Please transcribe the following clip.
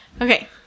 Okay